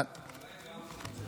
אולי גם לתת